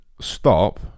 stop